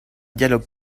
dialogue